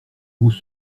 vous